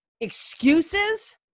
excuses